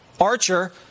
Archer